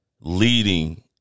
leading